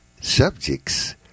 subjects